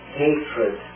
hatred